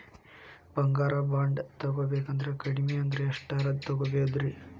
ಬಂಗಾರ ಬಾಂಡ್ ತೊಗೋಬೇಕಂದ್ರ ಕಡಮಿ ಅಂದ್ರ ಎಷ್ಟರದ್ ತೊಗೊಬೋದ್ರಿ?